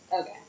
okay